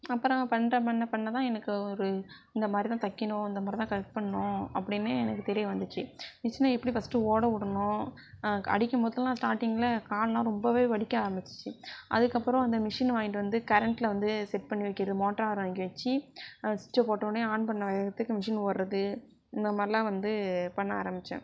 அப்பறம் பண்ணுற பண்ண பண்ண தான் எனக்கு ஒரு இந்தமாதிரி தான் தைக்கணும் இந்தமாதிரி தான் கட் பண்ணும் அப்படினே எனக்கு தெரிய வந்துச்சு மிஷின்ன எப்படி ஃபஸ்ட் ஓட விடணும் அடிக்கும் போதெல்லாம் ஸ்டார்டிங்ல கால்லாம் ரொம்பவே வலிக்க ஆரம்பிச்சிச்சு அதுக்கப்புறம் அந்த மிஷின் வாங்கிட்டு வந்து கரண்ட்ல வந்து செட் பண்ணி வைக்கிறது மோட்டார் வாங்கி வச்சி அது சுவிட்ச்சை போட்ட உடனே ஆன் பண்ண வேகத்துக்கு மிஷின் ஓடுறது இந்தமாதிரில்லாம் வந்து பண்ண ஆரம்பித்தேன்